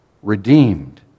Redeemed